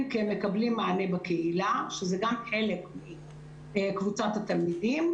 כי הם מקבלים מענה בקהילה שזה גם חלק מקבוצת התלמידים,